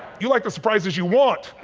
you like the surprises you want.